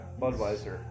Budweiser